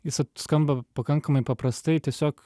jis vat skamba pakankamai paprastai tiesiog